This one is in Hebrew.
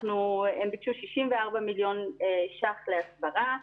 הם ביקשו 64 מיליון שקל להסברה.